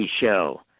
show